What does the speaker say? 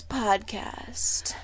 podcast